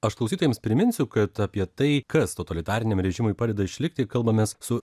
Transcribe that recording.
aš klausytojams priminsiu kad apie tai kas totalitariniam režimui padeda išlikti kalbamės su